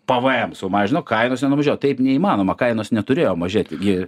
pvm sumažino kainos nenumažėjo taip neįmanoma kainos neturėjo mažėti gi